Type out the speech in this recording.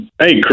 Hey